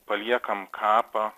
paliekam kapą